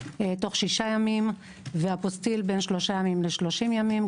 תוך שישה ימים ואפוסטיל בין 3 ימים ל-30 ימים.